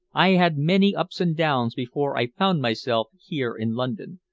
i had many ups and downs before i found myself here in london.